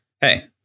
hey